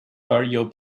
cardio